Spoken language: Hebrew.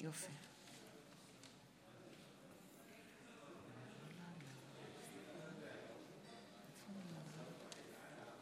מצביעה מיכאל מלכיאלי, מצביע יעקב